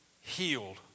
healed